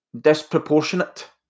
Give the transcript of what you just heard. disproportionate